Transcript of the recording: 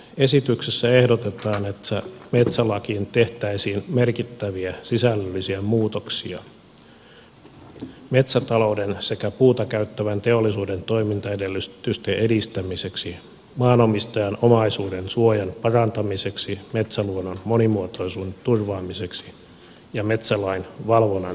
esityksessä ehdotetaan että metsälakiin tehtäisiin merkittäviä sisällöllisiä muutoksia metsätalouden sekä puuta käyttävän teollisuuden toimintaedellytysten edistämiseksi maanomistajan omaisuudensuojan parantamiseksi metsäluonnon monimuotoisuuden turvaamiseksi ja metsälain valvonnan tehostamiseksi